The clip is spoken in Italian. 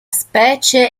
specie